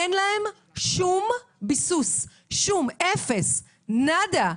אין להם שום ביסוס, אפס, נאדה.